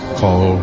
call